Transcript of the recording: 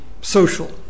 social